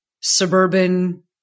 suburban